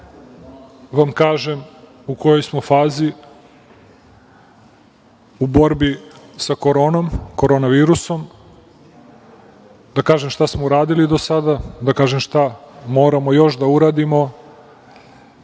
vam kažem u kojoj smo fazi u borbi sa Koronavirusom, da kažem šta smo uradili do sada, da kažem šta moramo još da uradimo,